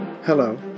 Hello